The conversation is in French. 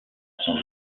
son